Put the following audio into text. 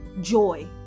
joy